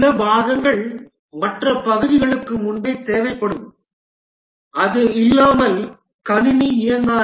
சில பாகங்கள் மற்ற பகுதிகளுக்கு முன்பே தேவைப்படும் அது இல்லாமல் கணினி இயங்காது